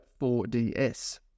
4DS